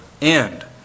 end